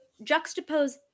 juxtapose